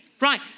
Right